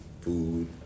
Food